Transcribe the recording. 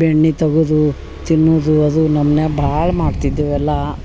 ಬೆಣ್ಣಿ ತಗುದು ತಿನ್ನುದು ಅದು ನಮ್ಮ ಮನ್ಯಾಗ ಭಾಳ್ ಮಾಡ್ತಿದ್ವ ಎಲ್ಲಾ